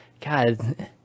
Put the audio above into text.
God